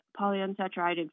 polyunsaturated